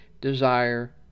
desire